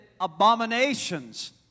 abominations